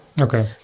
Okay